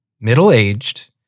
middle-aged